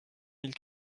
mille